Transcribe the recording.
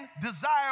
desire